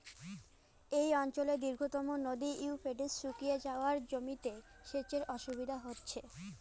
এই অঞ্চলের দীর্ঘতম নদী ইউফ্রেটিস শুকিয়ে যাওয়ায় জমিতে সেচের অসুবিধে হচ্ছে